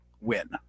win